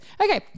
Okay